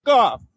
off